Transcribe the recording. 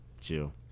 Chill